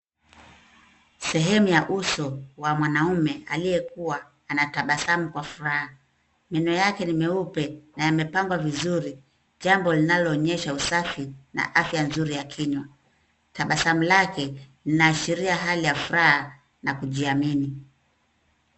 Sehemu ya uso wa mwanaume aliyekuwa anatabasamu kwa furaha. Meno yake ni meupe na yamepamgwa vizuri, jambo linaloonyesha usafi na afya nzuri ya kinywa. Tabasamu lake linaashiria hali ya furaha na kujiamini.